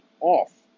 off